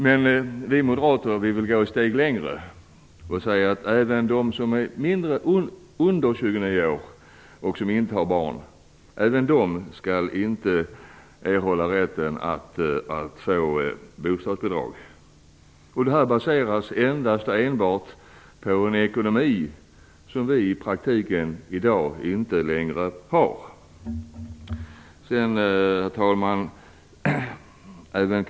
Men vi moderater vill gå ett steg längre. Vi säger att inte heller de som är under 29 år och som inte har barn skall ha rätt att få bostadsbidrag. Det baseras endast och enbart på en ekonomi som vi i dag i praktiken inte längre har. Herr talman!